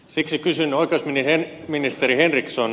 siksi kysyn oikeusministeri henriksson